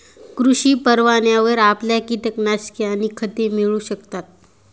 कृषी परवान्यावर आपल्याला कीटकनाशके आणि खते मिळू शकतात